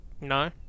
No